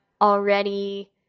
already